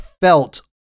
felt